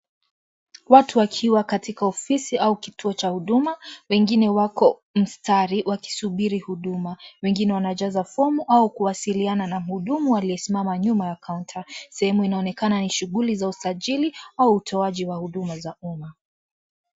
Watu wakiwa katika ofisi au kituo cha huduma . Wengine wako mstari wakisubiri huduma. Wengine wanajaza fomu au kuwasiliana na mhudumu aliyesimama nyuma ya kaunta. Sehemu inaonekana ni shughuli za usajili au utoaji wa huduma za umma.